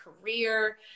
career